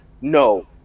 no